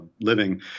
living